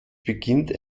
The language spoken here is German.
beginnt